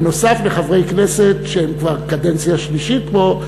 בנוסף לחברי כנסת שהם כבר קדנציה שלישית פה,